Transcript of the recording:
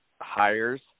hires